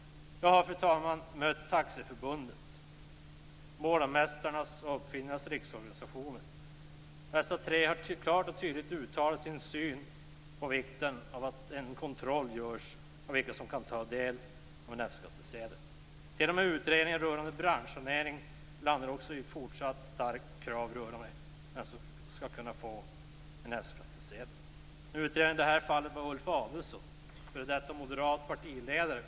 Jag har, fru talman, mött representanter från Taxiförbundet, målarmästarnas och uppfinnarnas riksorganisationer. Dessa tre organisationer har klart och tydligt uttalat sin uppfattning om vikten av att en kontroll görs av vilka som kan få en F-skattsedel. T.o.m. utredningen rörande branschsaneringen landar på fortsatta starka krav vad gäller vem som skall kunna få en F-skattsedel. Utredaren i det fallet var Ulf Adelsohn, före detta moderat partiledare.